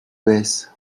baissent